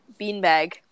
beanbag